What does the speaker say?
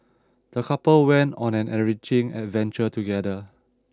the couple went on an enriching adventure together